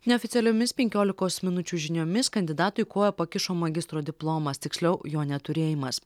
neoficialiomis penkiolikos minučių žiniomis kandidatui koją pakišo magistro diplomas tiksliau jo neturėjimas